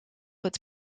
het